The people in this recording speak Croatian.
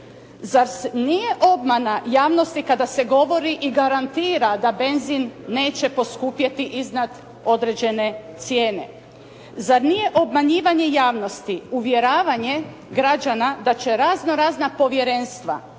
Zar nije obmana javnosti kada govori i garantira da benzin neće poskupjeti iznad određene cijene? Zar nije obmanjivanje javnosti uvjeravanje građana da će raznorazna povjerenstva